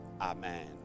Amen